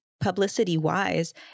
publicity-wise